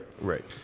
right